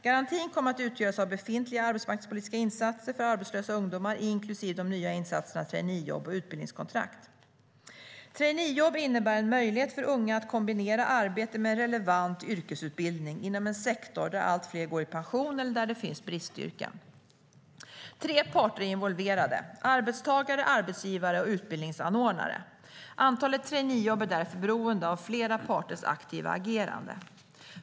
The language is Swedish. Garantin kommer att utgöras av befintliga arbetsmarknadspolitiska insatser för arbetslösa ungdomar inklusive de nya insatserna traineejobb och utbildningskontrakt. Traineejobb innebär en möjlighet för unga att kombinera arbete med en relevant yrkesutbildning inom en sektor där allt fler går i pension eller där det finns bristyrken. Tre parter är involverade: arbetstagare, arbetsgivare och utbildningsanordnare. Antalet traineejobb är därför beroende av flera parters aktiva agerande.